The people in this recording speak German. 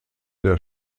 der